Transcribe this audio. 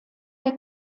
der